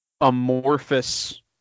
amorphous